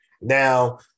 Now